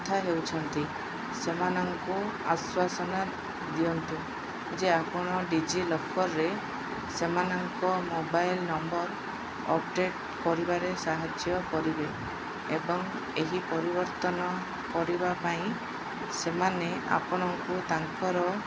କଥା ହେଉଛନ୍ତି ସେମାନଙ୍କୁ ଆଶ୍ଵାସନା ଦିଅନ୍ତୁ ଯେ ଆପଣ ଡି ଜି ଲକର୍ରେ ସେମାନଙ୍କ ମୋବାଇଲ ନମ୍ବର ଅପଡ଼େଟ୍ କରିବାରେ ସାହାଯ୍ୟ କରିବେ ଏବଂ ଏହି ପରିବର୍ତ୍ତନ କରିବା ପାଇଁ ସେମାନେ ଆପଣଙ୍କୁ ତାଙ୍କର